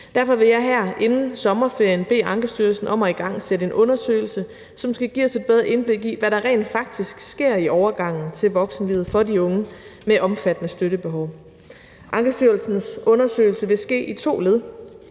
Derfor vil jeg her inden sommerferien bede Ankestyrelsen om at igangsætte en undersøgelse, som skal give os et bedre indblik i, hvad der rent faktisk sker i overgangen til voksenlivet for de unge med omfattende støttebehov. Ankestyrelsens undersøgelse vil ske i to led: